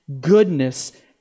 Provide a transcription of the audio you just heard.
goodness